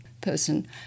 person